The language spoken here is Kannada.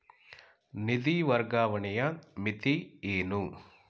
ನಿಧಿ ವರ್ಗಾವಣೆಯ ಮಿತಿ ಏನು?